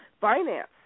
finance